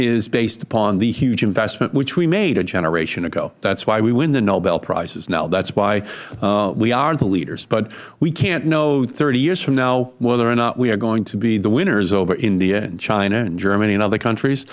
is based upon the huge investment which we made a generation ago that is why we win the nobel prizes now that is why we are the leaders but we can't know thirty years from now whether or not we are going to be the winners over india and china and germany and other countries